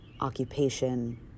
occupation